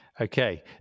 Okay